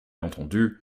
entendu